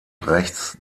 rechts